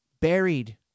buried